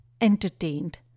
entertained